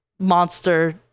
monster